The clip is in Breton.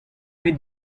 rit